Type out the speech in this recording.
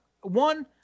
one